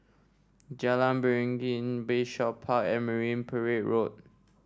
Jalan Beringin Bayshore Park and Marine Parade Road